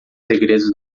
segredos